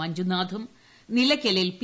മഞ്ജുനാഥും നിലയ്ക്കലിൽ പി